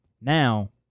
Now